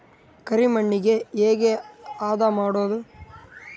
ಕರಿ ಮಣ್ಣಗೆ ಹೇಗೆ ಹದಾ ಮಾಡುದು?